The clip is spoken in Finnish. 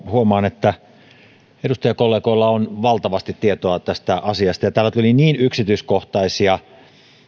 huomaan että edustajakollegoilla on valtavasti tietoa tästä asiasta täällä tuli niin yksityiskohtaisia